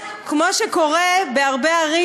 כמו שקורה בהרבה ערים,